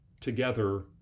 together